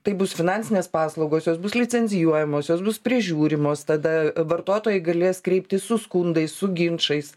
tai bus finansinės paslaugos jos bus licenzijuojamos jos bus prižiūrimos tada vartotojai galės kreiptis su skundais su ginčais